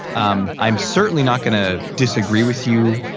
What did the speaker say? um i'm certainly not gonna disagree with you,